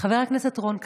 חבר הכנסת רון כץ,